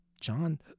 John